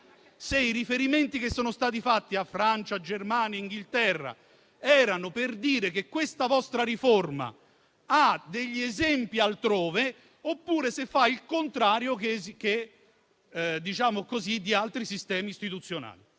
se i riferimenti che sono stati fatti a Francia, Germania e Inghilterra erano per dire che questa vostra riforma ha degli esempi altrove, oppure che si fa il contrario rispetto ad altri sistemi istituzionali.